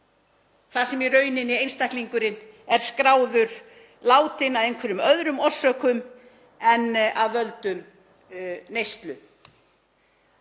þar sem einstaklingurinn er skráður látinn af einhverjum öðrum orsökum en af völdum neyslu,